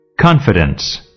Confidence